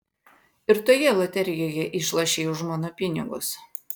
ir toje loterijoje išlošei už mano pinigus